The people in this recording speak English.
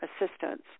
assistance